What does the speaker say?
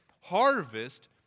Harvest